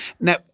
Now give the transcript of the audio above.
Now